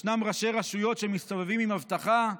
ישנם ראשי רשויות שמסתובבים עם אבטחה,